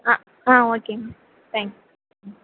ஆ ஆ ஓகேங்க தேங்க்ஸ் ம்